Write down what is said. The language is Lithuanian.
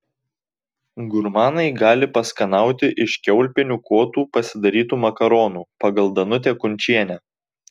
gurmanai gali paskanauti iš kiaulpienių kotų pasidarytų makaronų pagal danutę kunčienę